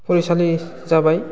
फरायसालि जाबाय